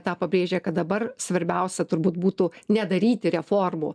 tą pabrėžia kad dabar svarbiausia turbūt būtų nedaryti reformų